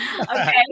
Okay